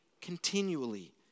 continually